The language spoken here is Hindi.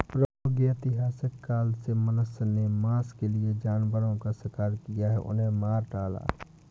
प्रागैतिहासिक काल से मनुष्य ने मांस के लिए जानवरों का शिकार किया, उन्हें मार डाला